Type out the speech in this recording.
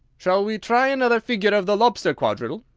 shall we try another figure of the lobster quadrille?